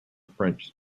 french